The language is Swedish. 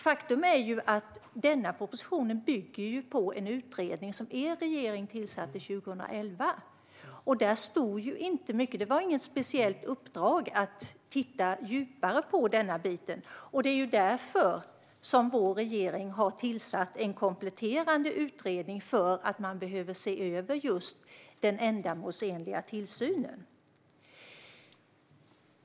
Faktum är dock att denna proposition bygger på en utredning som er regering tillsatte 2011. Där stod inte mycket. Det fanns inget speciellt uppdrag att titta djupare på denna bit. Det är därför vår regering har tillsatt en kompletterande utredning - för att man behöver se över just den ändamålsenliga tillsynen.